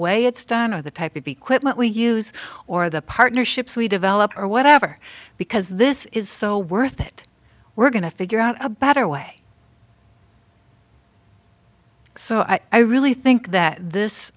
way it's done or the type of equipment we use or the partnerships we develop or whatever because this is so worth it we're going to figure out a better way so i really think that this